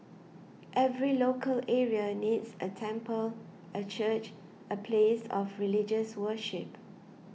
every local area needs a temple a church a place of religious worship